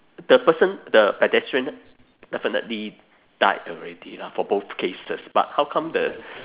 the person the pedestrian definitely died already lah for both cases but how come the